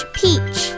peach